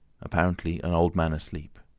apparently an old man asleep.